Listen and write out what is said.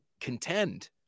contend